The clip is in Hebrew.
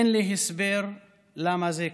אין לי הסבר למה זה קרה.